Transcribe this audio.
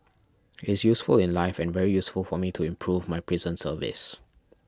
it's useful in life and very useful for me to improve my prison service